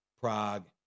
Prague